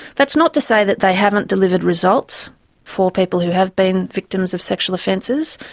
that's not to say that they haven't delivered results for people who have been victims of sexual offences,